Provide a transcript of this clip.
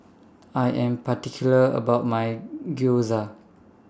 I Am particular about My Gyoza